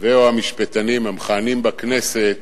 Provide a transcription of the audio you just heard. ו/או המשפטנים המכהנים בכנסת